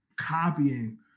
copying